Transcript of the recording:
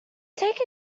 take